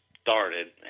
started